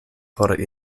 por